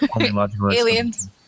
Aliens